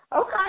okay